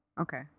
Okay